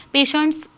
Patient's